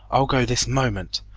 i'll go this moment.